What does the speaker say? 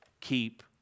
keep